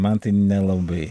man tai nelabai